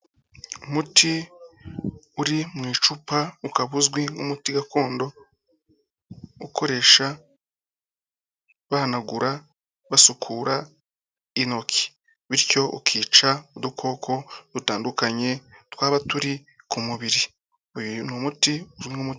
Umuti uri mu icupa, ukaba uzwi nk'umuti gakondo ukoreshwa bahanagura, basukura intoki, bityo ukica udukoko dutandukanye twaba turi ku mubiri, uyu ni umuti.